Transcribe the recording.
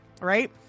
Right